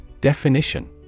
Definition